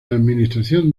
administración